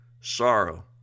sorrow